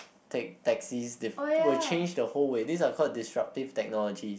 take taxis diff~ will change the whole way these are called disruptive technologies